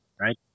Right